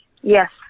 Yes